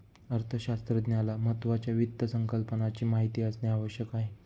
अर्थशास्त्रज्ञाला महत्त्वाच्या वित्त संकल्पनाची माहिती असणे आवश्यक आहे